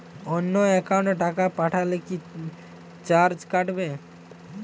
অন্য একাউন্টে টাকা পাঠালে কি চার্জ কাটবে?